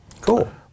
Cool